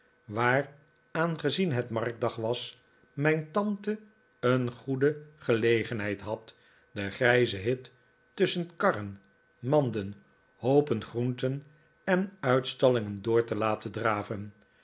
waar aangezien het marktdag was mijn tante een goede gelegenheid had den grijzen hit tusschen karren manden hoopen groente en uitstallingen door te laten draven